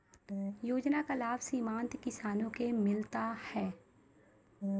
योजना का लाभ सीमांत किसानों को मिलता हैं?